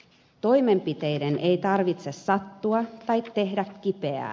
toimenpiteiden ei tarvitse sattua tai tehdä kipeää